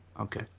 Okay